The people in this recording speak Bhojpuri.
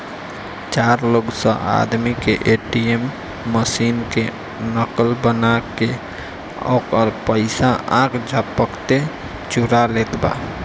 चोर लोग स आदमी के ए.टी.एम मशीन के नकल बना के ओकर पइसा आख झपकते चुरा लेत बा